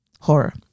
Horror